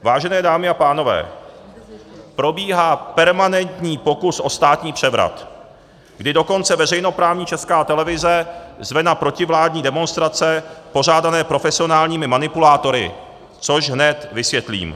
Vážené dámy a pánové, probíhá permanentní pokus o státní převrat, kdy dokonce veřejnoprávní Česká televize zve na protivládní demonstrace pořádané profesionálními manipulátory, což hned vysvětlím.